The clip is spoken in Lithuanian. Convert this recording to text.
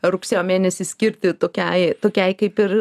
rugsėjo mėnesį skirti tokiai tokiai kaip ir